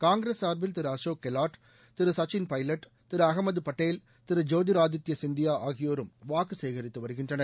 காங்கிரஸ் சார்பில் திரு அசோக் கெலாட் திரு சக்சீன் பைலட் திரு அசமது பட்டேல் திரு ஜோதிர் ஆதித்ய சிந்தியா ஆகியோரும் வாக்கு சேகரித்து வருகின்றனர்